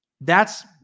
thats